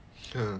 ya